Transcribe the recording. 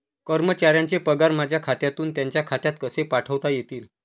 कर्मचाऱ्यांचे पगार माझ्या खात्यातून त्यांच्या खात्यात कसे पाठवता येतील?